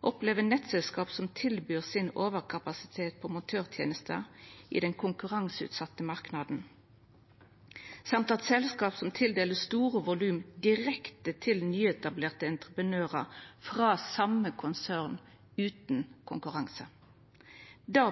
opplever nettselskap som tilbyr sin overkapasitet på montørtenester i den konkurranseutsette marknaden, og selskap som tildeler store volum direkte til nyetablerte entreprenørar frå same konsern utan konkurranse. Det